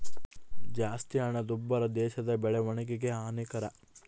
ಜಾಸ್ತಿ ಹಣದುಬ್ಬರ ದೇಶದ ಬೆಳವಣಿಗೆಗೆ ಹಾನಿಕರ